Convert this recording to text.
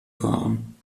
fahren